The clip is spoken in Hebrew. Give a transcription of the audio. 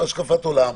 יש השקפת עולם.